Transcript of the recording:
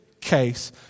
case